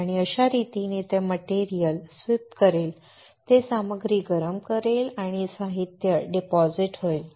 आणि अशा रीतीने ते मटेरियल स्वीप करेल ते सामग्री गरम करेल आणि साहित्य डिपॉझिट होईल